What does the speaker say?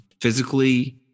physically